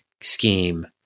scheme